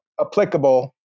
Applicable